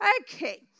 okay